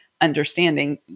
understanding